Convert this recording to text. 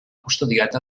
custodiat